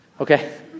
okay